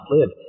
live